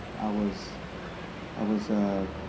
i was i was a